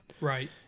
Right